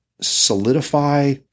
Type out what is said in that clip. solidify